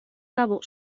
cabo